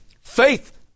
faith